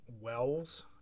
wells